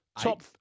Top